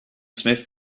smith